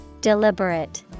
Deliberate